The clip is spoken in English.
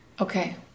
Okay